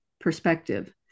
perspective